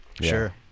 Sure